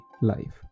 life